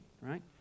right